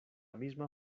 misma